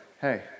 hey